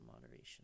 moderation